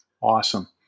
Awesome